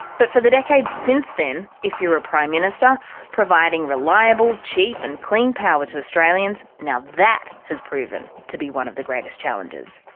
but for the decade since then if you're a prime minister providing reliable, cheap and clean power to australians? now that has proven to be one of the greatest challenges.